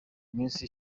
minsi